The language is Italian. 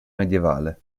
medievale